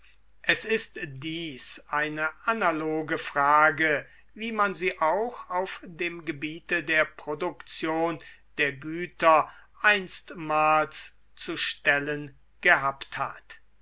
es ist dies eine analoge frage wie man sie auch auf dem gebiete der produktion der güter einstmals zu stellen gehabt hat